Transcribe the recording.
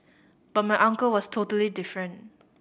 but my uncle was totally different